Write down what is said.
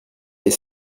les